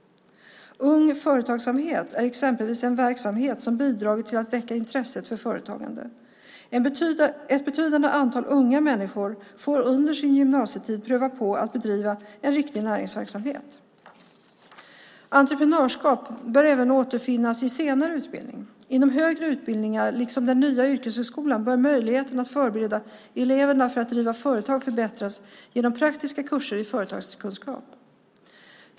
Ung Företagsamhet är exempelvis en verksamhet som bidragit till att väcka intresset för företagande. Ett betydande antal unga människor får under sin gymnasietid pröva på att bedriva en riktig näringsverksamhet. Entreprenörskap bör även återfinnas i senare utbildning. Inom högre utbildningar liksom den nya yrkeshögskolan bör möjligheten att förbereda eleverna för att driva företag förbättras genom praktiska kurser i företagskunskap.